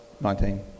Nineteen